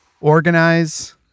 organize